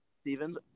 Stevens